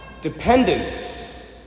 dependence